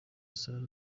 sarah